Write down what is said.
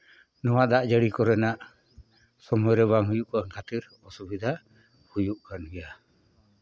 ᱱᱚᱣᱟ ᱫᱟᱜ ᱡᱟᱹᱲᱤ ᱠᱚᱨᱮᱱᱟᱜ ᱥᱚᱢᱚᱭᱨᱮ ᱵᱟᱝ ᱦᱩᱭᱩᱜ ᱠᱟᱱ ᱠᱷᱟᱹᱛᱤᱨ ᱚᱥᱩᱵᱤᱫᱷᱟ ᱦᱩᱭᱩᱜ ᱠᱟᱱ ᱜᱮᱭᱟ